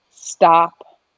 stop